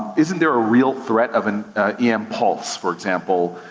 isn't there a real threat of an e-impulse for example,